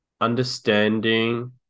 understanding